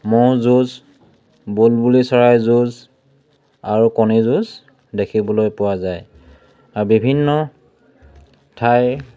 ম'হ যুঁজ বুলবুলি চৰাই যুঁজ আৰু কণী যুঁজ দেখিবলৈ পোৱা যায় আৰু বিভিন্ন ঠাইৰ